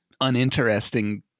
uninteresting